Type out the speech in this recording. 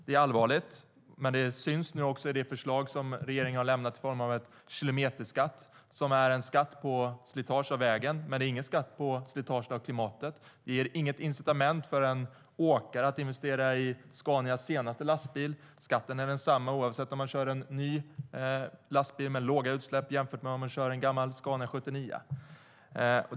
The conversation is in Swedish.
Det är allvarligt. Det syns nu också i det förslag som regeringen har lämnat i form av en kilometerskatt, som är en skatt på slitage av vägen. Men det är ingen skatt på slitage av klimatet. Det ger inget incitament för en åkare att investera i Scanias senaste lastbil - skatten är densamma oavsett om man kör en ny lastbil med låga utsläpp eller en gammal Scania 79.